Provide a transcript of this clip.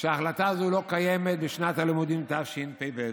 שההחלטה הזו לא קיימת בשנת הלימודים התשפ"ב.